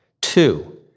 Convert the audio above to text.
Two